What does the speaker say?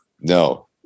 No